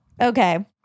Okay